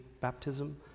baptism